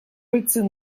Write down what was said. пыльцы